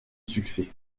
succès